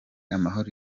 amahoro